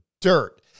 dirt